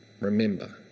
Remember